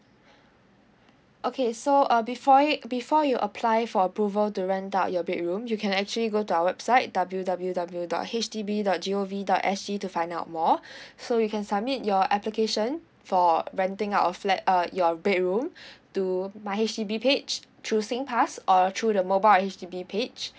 okay so uh before it before you apply for approval to rent out your bedroom you can actually go to our website W W W dot H D B dot G O V dot S G to find out more so you can submit your application for renting out a flat uh your bedroom to my H_D_B page through SINGPASS or through the mobile of H_D_B page